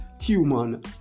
human